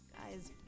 Guys